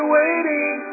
waiting